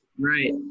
Right